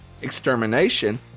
extermination